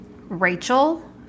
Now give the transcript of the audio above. Rachel